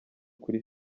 kuri